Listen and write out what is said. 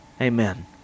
Amen